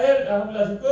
!chey!